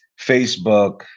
Facebook